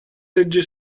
legge